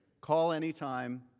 call anytime,